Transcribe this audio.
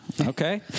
Okay